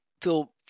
feel